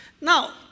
now